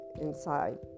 inside